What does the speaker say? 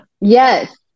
Yes